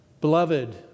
Beloved